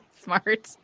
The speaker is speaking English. Smart